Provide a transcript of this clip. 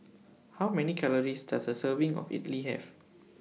How Many Calories Does A Serving of Idili Have